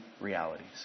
realities